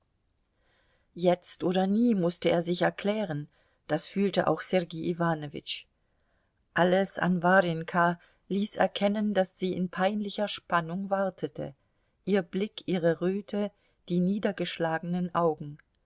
jetzt oder nie mußte er sich erklären das fühlte auch sergei iwanowitsch alles an warjenka ließ erkennen daß sie in peinlicher spannung wartete ihr blick ihre röte die niedergeschlagenen augen